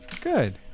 Good